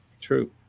true